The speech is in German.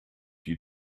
die